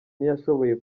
ntiyashoboye